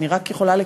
אני רק יכולה לקוות.